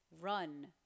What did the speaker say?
run